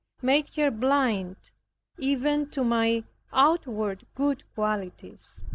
made her blind even to my outward good qualities.